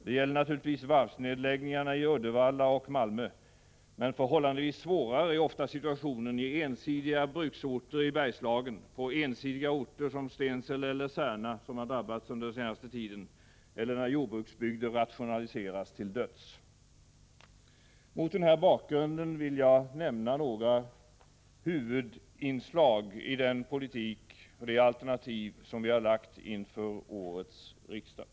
Det gäller naturligtvis varvsnedläggningarna i Uddevalla och Malmö. Men förhållandevis svårare är ofta situationen i ensidiga bruksorter i Bergslagen, på ensidiga orter som Stensele eller Särna, som har drabbats under den senaste tiden, eller när jordbruksbygder rationaliseras till döds. Mot den här bakgrunden vill jag nämna några huvudinslag i den politik och de alternativ som vi har lagt fram inför årets riksmöte.